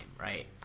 right